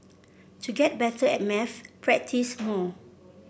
to get better at maths practise more